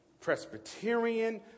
Presbyterian